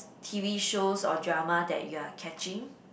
T_V shows or drama that you are catching